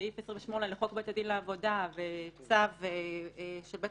סעיף 28 לחוק בית הדין לעבודה וצו של בית